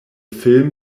film